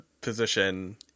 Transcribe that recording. position